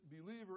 believer